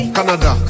Canada